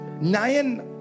nine